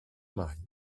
mari